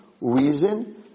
reason